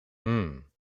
hmm